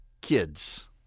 kids